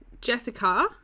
Jessica